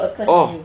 oh